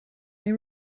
they